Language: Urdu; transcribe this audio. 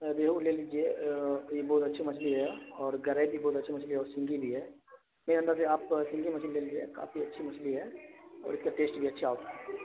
ریہو لے لیجیے یہ بہت اچھی مچھلی ہے اور گرئی بھی بہت اچھی مچھلی ہے اور سنگھی بھی ہے میرے انداز سے آپ سنگھی مچھلی لے لیجیے کافی اچھی مچھلی ہے اور اس کا ٹیسٹ بھی اچھا ہوتا